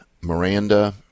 Miranda